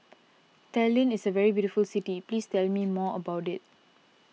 Tallinn is a very beautiful city please tell me more about it